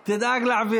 אה, לווליד?